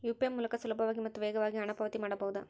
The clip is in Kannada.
ಯು.ಪಿ.ಐ ಮೂಲಕ ಸುಲಭವಾಗಿ ಮತ್ತು ವೇಗವಾಗಿ ಹಣ ಪಾವತಿ ಮಾಡಬಹುದಾ?